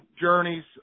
journeys